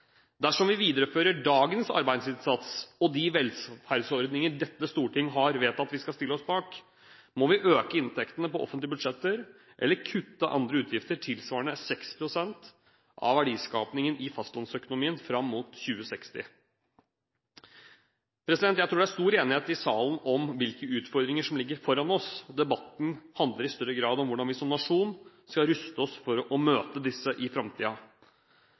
Dersom vi viderefører dagens arbeidsinnsats og de velferdsordninger dette storting har vedtatt at vi skal stille oss bak, må vi øke inntektene på offentlige budsjetter eller kutte i andre utgifter tilsvarende 6 pst. av verdiskapingen i fastlandsøkonomien fram mot 2060. Jeg tror det er stor enighet i salen om hvilke utfordringer som ligger foran oss. Debatten handler i større grad om hvordan vi som nasjon skal ruste oss for å møte disse i